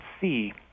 see